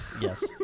Yes